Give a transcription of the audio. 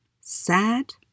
Sad